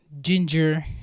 ginger